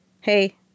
Hey